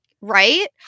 Right